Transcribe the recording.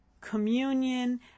communion